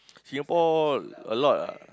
Singapore a lot ah